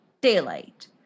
daylight